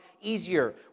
easier